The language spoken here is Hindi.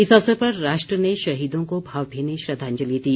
इस अवसर पर राष्ट्र ने शहीदों को भावभीनी श्रद्दाजंलि दी